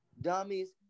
dummies